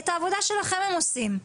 את העבודה שלכם הם עושים.